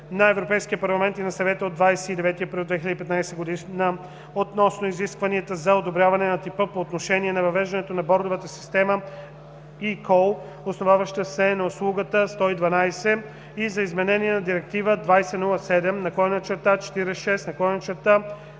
на Европейския парламент и на Съвета от 29 април 2015 г. относно изискванията за одобряване на типа по отношение на въвеждането на бордовата система eCall, основаваща се на услугата 112, и за изменение на Директива 2007/46/ЕО